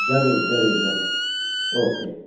ज़रूर ज़रूर ज़रूर ओके